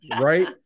right